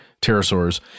pterosaurs